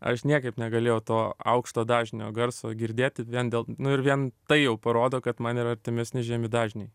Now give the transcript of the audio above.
aš niekaip negalėjau to aukšto dažnio garso girdėti vien dėl nu ir vien tai jau parodo kad man yra artimesni žemi dažniai